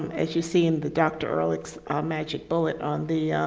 as you see in the doctor ehrlich's magic bullet on the